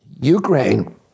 Ukraine